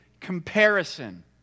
comparison